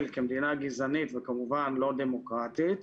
כמדינה גזענית וכמובן לא דמוקרטית,